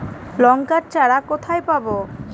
লঙ্কার চারা কোথায় পাবো?